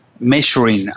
measuring